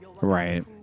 right